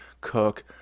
Cook